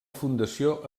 fundació